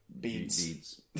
Beads